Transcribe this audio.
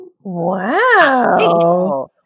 Wow